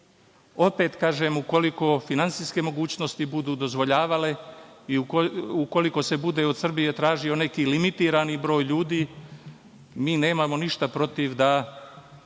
opet kažem, ukoliko finansijske mogućnosti budu dozvoljavale i ukoliko se bude od Srbije tražio neki limitirani broj ljudi, mi nemamo ništa protiv da